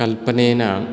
कल्पनेन